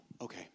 okay